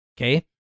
Okay